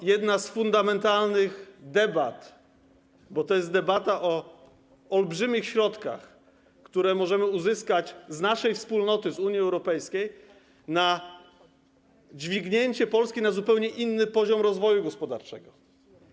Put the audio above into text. To jest jedna z fundamentalnych debat, bo to jest debata o olbrzymich środkach, które możemy uzyskać z naszej wspólnoty, z Unii Europejskiej na dźwignięcie Polski na zupełnie inny poziom rozwoju gospodarczego.